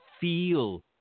feel